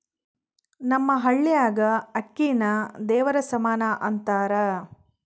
ನಮ್ಮ ಹಳ್ಯಾಗ ಅಕ್ಕಿನ ದೇವರ ಸಮಾನ ಅಂತಾರ